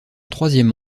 troisième